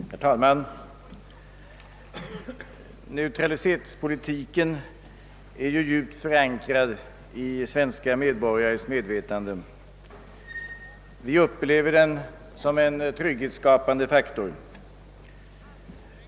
Herr talman! Neutralitetspolitiken är djupt förankrad i svenska medborgares medvetande. Vi upplever den som en trygghetsskapande faktor.